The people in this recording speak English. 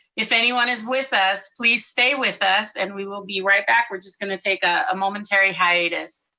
if anyone is with us, please stay with us, and we will be right back. we're just gonna take a momentary hiatus.